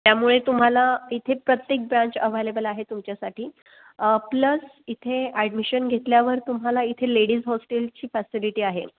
त्यामुळे तुम्हाला इथे प्रत्येक ब्रँच अव्हेलेबल आहे तुमच्यासाठी प्लस इथे ॲडमिशन घेतल्यावर तुम्हाला इथे लेडीज होस्टेलची फॅसिलिटी आहे